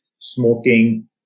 smoking